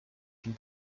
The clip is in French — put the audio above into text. une